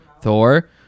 Thor